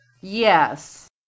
Yes